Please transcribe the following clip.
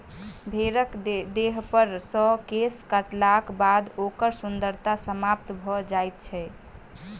भेंड़क देहपर सॅ केश काटलाक बाद ओकर सुन्दरता समाप्त भ जाइत छै